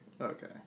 okay